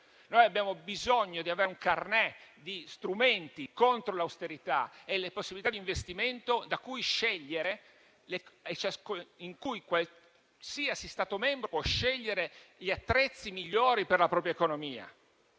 Abbiamo bisogno di avere un *carnet* di strumenti contro l'austerità e le possibilità di investimento in cui qualsiasi Stato membro può scegliere gli attrezzi migliori per la propria economia.